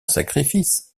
sacrifice